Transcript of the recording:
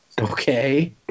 Okay